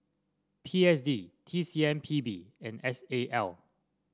P S D T C M P B and S A L